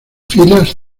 filas